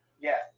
Yes